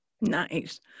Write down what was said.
Nice